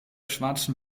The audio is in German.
schwarzen